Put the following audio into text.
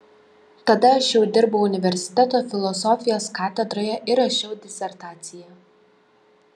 tada aš jau dirbau universiteto filosofijos katedroje ir rašiau disertaciją